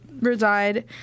reside